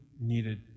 needed